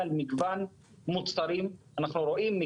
שלא צריך וגם לא נאמץ דברים שאנחנו לא התכוונו